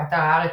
באתר הארץ,